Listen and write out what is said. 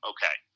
Okay